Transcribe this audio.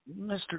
Mr